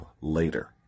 later